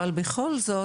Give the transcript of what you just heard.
אבל בכל זאת,